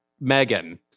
Megan